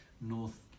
north